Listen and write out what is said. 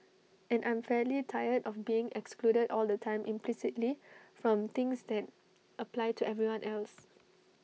and I'm fairly tired of being excluded all the time implicitly from things that apply to everyone else